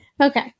Okay